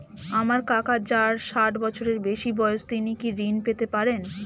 আমার কাকা যার ষাঠ বছরের বেশি বয়স তিনি কি ঋন পেতে পারেন?